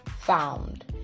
found